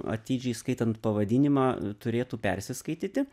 atidžiai skaitant pavadinimą turėtų persiskaityti